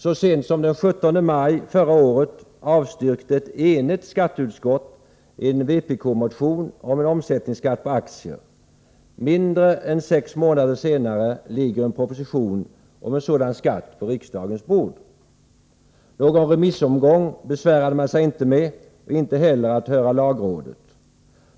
Så sent som den 17 maj förra året avstyrkte ett enigt skatteutskott en vpk-motion om omsättningsskatt på aktier. Mindre än sex månader senare ligger en proposition om en sådan skatt på riksdagens bord. Någon remissomgång besvärade man sig inte med, och inte heller med att höra lagrådet.